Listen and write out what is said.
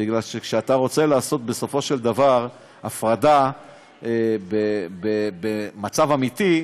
בגלל שכשאתה רוצה לעשות בסופו של דבר הפרדה במצב אמיתי,